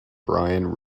brian